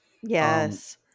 yes